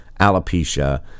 alopecia